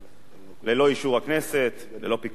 ללא אישור הכנסת, ללא פיקוח הכנסת.